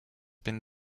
been